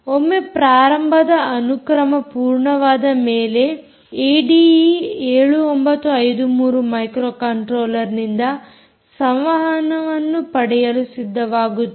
ಒಮ್ಮೆ ಪ್ರಾರಂಭದ ಅನುಕ್ರಮ ಪೂರ್ಣವಾದ ಮೇಲೆ ಏಡಿಈ7953 ಮೈಕ್ರೋಕಂಟ್ರೋಲ್ಲರ್ ನಿಂದ ಸಂವಹನವನ್ನು ಪಡೆಯಲು ಸಿದ್ಧವಾಗುತ್ತದೆ